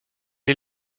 est